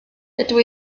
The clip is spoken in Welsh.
dydw